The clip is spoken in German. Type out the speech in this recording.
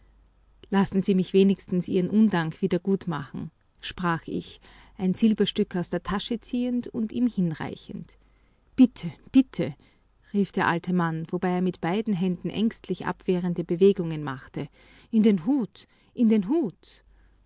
lassen sie mich wenigstens ihren undank wieder gutmachen sprach ich ein silberstück aus der tasche ziehend und ihm hinreichend bitte bitte rief der alte mann wobei er mit beiden händen ängstlich abwehrende bewegungen machte in den hut in den hut